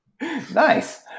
Nice